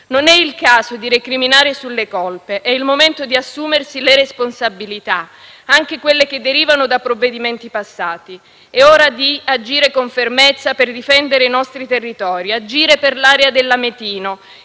Non è il caso di recriminare sulle colpe. È il momento di assumersi le responsabilità, anche quelle che derivano da provvedimenti passati. È ora di agire con fermezza per difendere i nostri territori, agire per l'area del Lametino